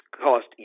cost